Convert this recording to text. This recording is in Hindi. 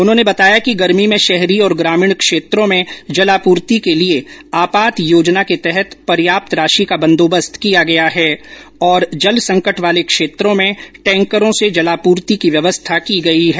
उन्होंने बताया कि गर्मी में शहरी और ग्रामीण क्षेत्रों में जलापूर्ति के लिए आपात योजना के तहत पर्याप्त राशि का बंदोबस्त किया गया है और जल संकट वाले क्षेत्रों में टैंकरों से जलापूर्ति की व्यवस्था की गई है